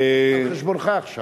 על חשבונך עכשיו.